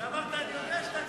אמרת: אני